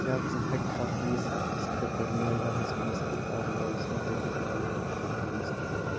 کیاہ ژٕ ہیٚکِہ کھا بِیِس ہفتس خٲطرٕ نویڈا ہس منٛز کتاب مٲلس مُطلق معلوٗماتن ہُند لسٹ دِتھ ؟